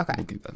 Okay